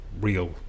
real